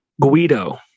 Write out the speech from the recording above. guido